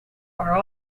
are